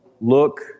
look